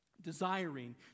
Desiring